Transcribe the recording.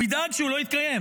הוא ידאג שהוא לא יתקיים.